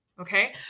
Okay